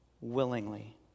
willingly